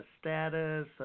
status